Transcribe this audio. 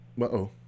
Uh-oh